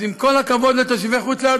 אז עם כל הכבוד לתושבי חוץ-לארץ,